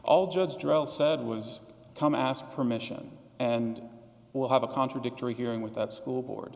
all judge drole said was come ask permission and will have a contradictory hearing with that school board